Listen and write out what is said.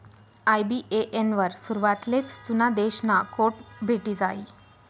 IBAN वर सुरवातलेच तुना देश ना कोड भेटी जायी